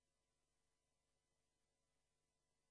בית של אזרח, יש